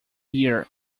year